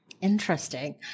Interesting